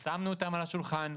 שמנו אותן על השולחן,